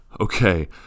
Okay